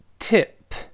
tip